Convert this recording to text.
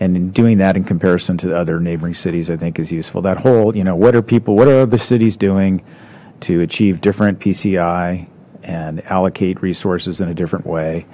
nd in doing that in comparison to the other neighboring cities i think is useful that whole you know what are people whatever the city's doing to achieve different pci and allocate resources in a different way